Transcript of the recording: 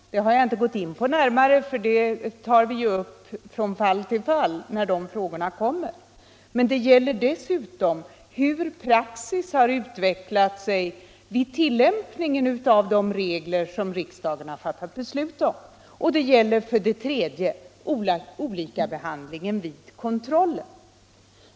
Detta har jag inte närmare gått in på, för det tar vi ju upp från fall till fall när de frågorna kommer. Men det gäller dessutom hur praxis har utvecklat sig vid till lämpningen av de regler som riksdagen har fattat beslut om. Det gäller vidare olikabehandlingen vid kontrollen.